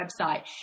website